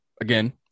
again